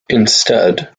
instead